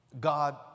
God